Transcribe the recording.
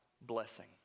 blessing